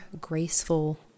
graceful